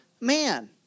man